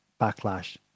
backlash